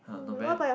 uh not bad